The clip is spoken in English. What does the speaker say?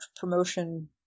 promotion